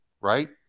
right